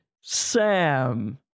sam